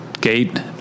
gate